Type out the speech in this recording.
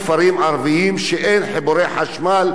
שאין חיבורי חשמל לבתים,